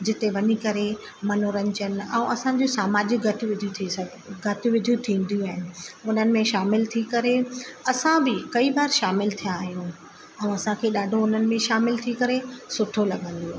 जिते वञी करे मनोरंजन ऐं असांजो समाजिक गतिविधियूं थी सघनि गतिविधियूं थींदियूं आहिनि उन्हनि में शामिल थी करे असां बि कई बार शामिलु थिया आहियूं ऐं असांखे ॾाढो उन्हनि में शामिलु थी करे सुठो लॻंदो आहे